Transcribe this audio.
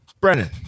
Brennan